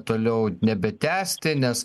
toliau nebetęsti nes